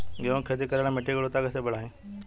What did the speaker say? गेहूं के खेती करेला मिट्टी के गुणवत्ता कैसे बढ़ाई?